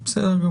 בסדר.